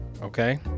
Okay